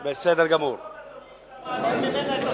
היא בחוץ-לארץ.